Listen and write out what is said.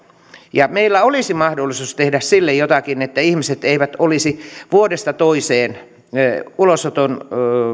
ja meillä olisi mahdollisuus tehdä jotakin sille että ihmiset eivät olisi vuodesta toiseen ulosoton